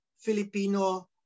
Filipino